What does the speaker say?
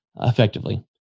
effectively